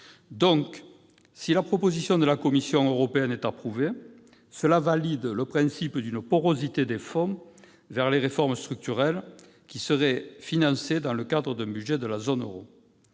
Donc, si la proposition de la Commission européenne est approuvée, cela valide le principe d'une porosité des fonds vers les réformes structurelles qui seraient financées dans le cadre d'un budget de la zone euro.